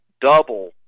double